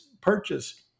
purchase